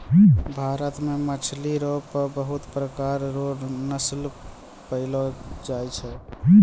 भारत मे मछली रो पबहुत प्रकार रो नस्ल पैयलो जाय छै